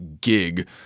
gig